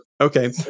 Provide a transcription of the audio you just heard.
Okay